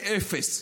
לאפס,